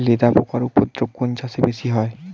লেদা পোকার উপদ্রব কোন চাষে বেশি হয়?